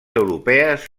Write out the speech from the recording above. europees